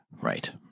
Right